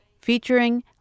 featuring